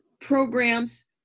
programs